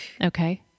Okay